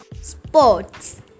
Sports